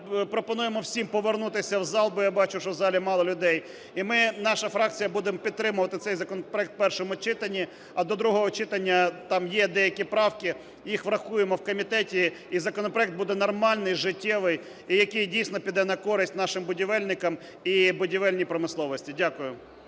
пропонуємо всім повернутися в зал, бо я бачу, що в залі мало людей. І ми, наша фракція будемо підтримувати цей законопроект у першому читанні, а до другого читання там є деякі правки, їх врахуємо в комітеті. І законопроект буде нормальний, життєвий і який дійсно піде на користь нашим будівельникам і будівельній промисловості. Дякую.